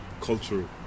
Cultural